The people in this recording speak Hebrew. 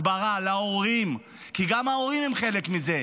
הסברה להורים, כי גם ההורים הם חלק מזה.